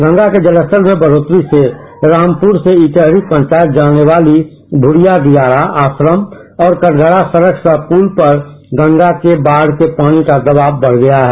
गंगा के जलस्तर में बढोतरी से रामपुर से इटहरी पंचायत जाने वाली भुड़िया दियारा आश्रम और कटघरा सड़क सह पुल पर गंगा के बाढ़ के पानी का दबाव बढ़ गया है